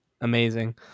amazing